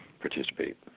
participate